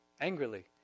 angrily